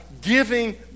giving